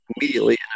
immediately